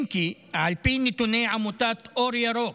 אם כי, על פי נתוני עמותת אור ירוק,